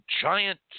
giant